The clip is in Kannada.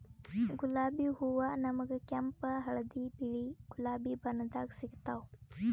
ಗುಲಾಬಿ ಹೂವಾ ನಮ್ಗ್ ಕೆಂಪ್ ಹಳ್ದಿ ಬಿಳಿ ಗುಲಾಬಿ ಬಣ್ಣದಾಗ್ ಸಿಗ್ತಾವ್